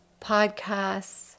podcasts